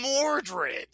Mordred